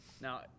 now